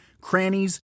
crannies